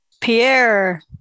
Pierre